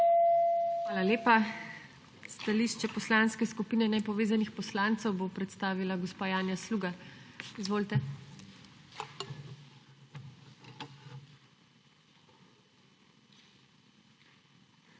Hvala lepa. Stališče Poslanske skupine nepovezanih poslancev bo predstavila gospa Janja Sluga. Izvolite.